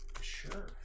Sure